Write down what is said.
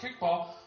kickball